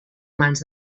mans